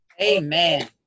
Amen